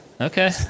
Okay